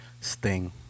Sting